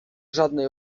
żadnej